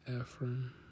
Ephraim